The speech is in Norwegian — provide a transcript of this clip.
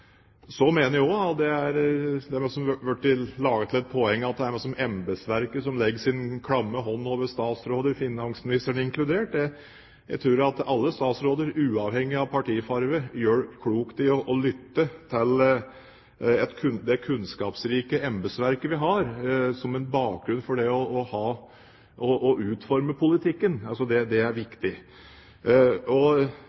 Så mener jeg også – og det er det blitt laget et poeng av – at det liksom er embetsverket som legger sin klamme hånd over statsråder – finansministeren inkludert. Jeg tror at alle statsråder, uavhengig av partifarge, gjør klokt i å lytte til det kunnskapsrike embetsverket vi har, som en bakgrunn for det å utforme politikken. Det er viktig. Jeg er åpen for innspill og argumenter som går begge veier. Det tror jeg er